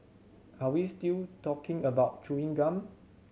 are we still talking about chewing gum